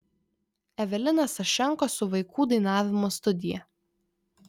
evelina sašenko su vaikų dainavimo studija